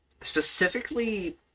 specifically